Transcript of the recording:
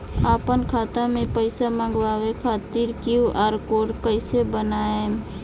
आपन खाता मे पईसा मँगवावे खातिर क्यू.आर कोड कईसे बनाएम?